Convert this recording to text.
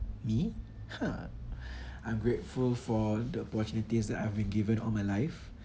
me !huh! I'm grateful for the opportunities that I've been given all my life